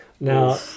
Now